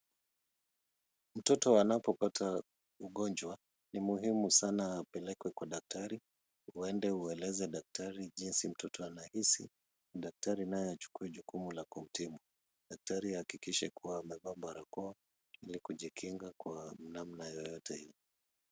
Mtoto anapopata ugonjwa ni muhimu sana apelekwe kwa daktari. Uende ueleze daktari jinsi mtoto anavyohisi, daktari naye achukue jukumu la kumtibu. Daktari aakikishe kuwa amevaa barakoa ili kujikinga kwa namna yoyote.